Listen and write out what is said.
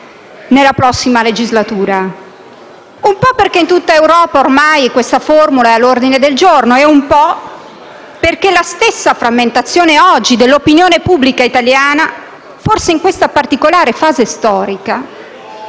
nella prossima legislatura, un po' perché in tutta Europa ormai questa formula è all'ordine del giorno, un po' perché oggi la stessa frammentazione dell'opinione pubblica italiana, forse in questa particolare fase storica,